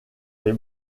les